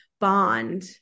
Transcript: bond